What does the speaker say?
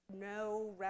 no